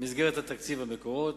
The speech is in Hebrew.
מסגרת התקציב ומקורות.